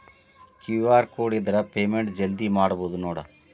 QR code ಇದ್ರ payment ಜಲ್ದಿ ಮಾಡಬಹುದು ನೋಡ್